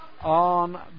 on